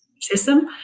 system